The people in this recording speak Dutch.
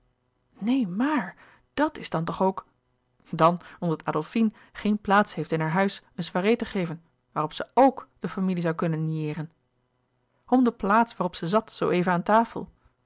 neen maar dàt is dan toch ook dan omdat adolfine geen plaats heeft in haar huis een soirée te geven waarop ze ok de familie zoû kunnen nieeren om de plaats waarop ze zat zoo even aan tafel